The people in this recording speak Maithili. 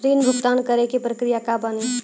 ऋण भुगतान करे के प्रक्रिया का बानी?